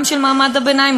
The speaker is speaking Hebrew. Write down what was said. גם של מעמד הביניים,